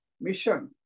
mission